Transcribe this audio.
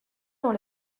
dans